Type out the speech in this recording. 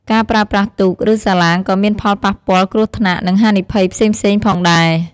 ការប្រើប្រាស់ទូក ឬសាឡាងក៏មានផលប៉ះពាល់ គ្រោះថ្នាក់ និងហានិភ័យផ្សេងៗផងដែរ។